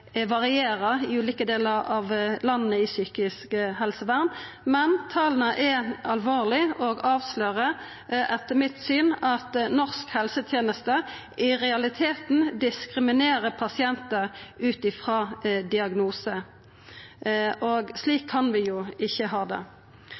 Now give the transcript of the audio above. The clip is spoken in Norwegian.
varierer i ulike delar av landet innan psykisk helsevern, men tala er alvorlege og avslører etter mitt syn at norsk helseteneste i realiteten diskriminerer pasientar ut frå diagnose, og slik